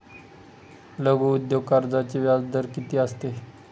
लघु उद्योग कर्जाचे व्याजदर किती असते?